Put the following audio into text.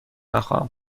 نخواهم